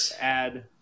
add –